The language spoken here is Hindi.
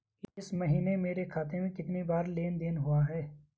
इस महीने मेरे खाते में कितनी बार लेन लेन देन हुआ है?